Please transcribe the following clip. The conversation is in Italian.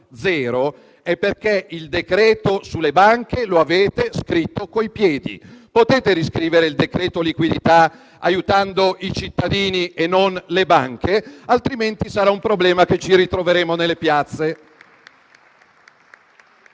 è perché il decreto sulle banche lo avete scritto con i piedi. Potete riscrivere il decreto liquidità aiutando i cittadini e non le banche? Altrimenti sarà un problema che ci ritroveremo nelle piazze.